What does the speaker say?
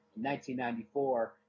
1994